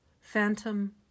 Phantom